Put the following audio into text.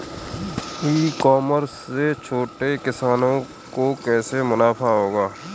ई commerce से छोटे किसानों को कैसे मुनाफा होगा?